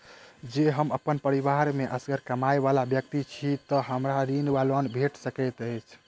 जँ हम अप्पन परिवार मे असगर कमाई वला व्यक्ति छी तऽ हमरा ऋण वा लोन भेट सकैत अछि?